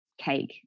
cake